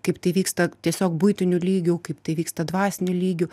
kaip tai vyksta tiesiog buitiniu lygiu kaip tai vyksta dvasiniu lygiu